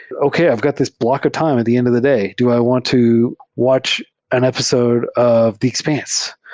okay. i've got this block of time at the end of the day. do i want to watch an episode of the expanse,